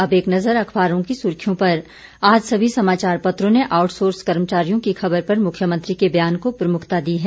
अब एक नजर अखबारों की सुर्खियों पर आज सभी समाचार पत्रों ने आउटसोर्स कर्मचारियों पर मुख्यमंत्री के बयान को प्रमुखता दी है